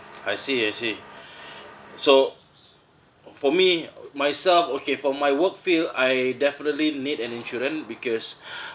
I see I see so for me myself okay for my work field I definitely need an insurance because